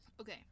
Okay